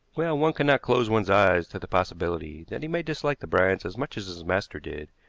well, one cannot close one's eyes to the possibility that he may dislike the bryants as much as his master did,